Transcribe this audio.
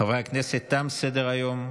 חברי הכנסת, תם סדר-היום.